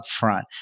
upfront